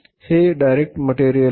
हे direct material आहे